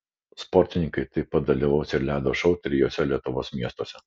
sportininkai taip pat dalyvaus ir ledo šou trijuose lietuvos miestuose